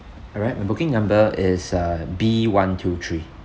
alright my booking number is uh B one two three